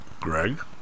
Greg